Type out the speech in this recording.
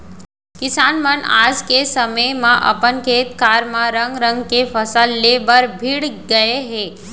किसान मन आज के समे म अपन खेत खार म रंग रंग के फसल ले बर भीड़ गए हें